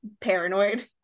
paranoid